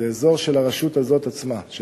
זה אזור של הרשות הזאת עצמה.